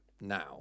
now